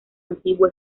antiguo